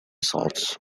salts